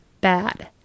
bad